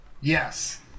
Yes